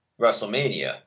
WrestleMania